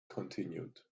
continued